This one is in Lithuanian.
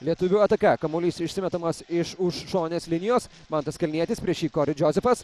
lietuvių ataka kamuolys išsimetamas iš už šoninės linijos mantas kalnietis prieš jį kori džozefas